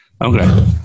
Okay